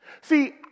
See